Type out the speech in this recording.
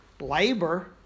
labor